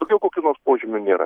daugiau kokių nors požymių nėra